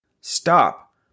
Stop